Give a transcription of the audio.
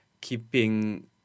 keeping